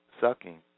sucking